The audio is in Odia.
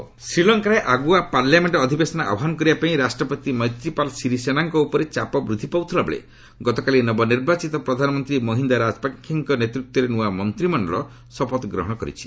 ଏସ୍ଏଲ୍ କ୍ୟାବିନେଟ୍ ଶ୍ରୀଲଙ୍କାରେ ଆଗୁଆ ପାର୍ଲାମେଣ୍ଟ ଅଧିବେଶନ ଆହ୍ୱାନ କରିବାପାଇଁ ରାଷ୍ଟ୍ରପତି ମୈତ୍ରୀପାଳ ସିରିସେନାଙ୍କ ଉପରେ ଚାପ ବୃଦ୍ଧି ପାଉଥିବାବେଳେ ଗତକାଲି ନବ ନିର୍ବାଚିତ ପ୍ରଧାନମନ୍ତ୍ରୀ ମହିନ୍ଦା ରାଜପକ୍ଷେଙ୍କ ନେତୃତ୍ୱରେ ନୂଆ ମନ୍ତିମଶ୍ଚଳ ଶପଥ ଗ୍ରହଣ କରିଛି